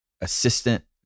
assistant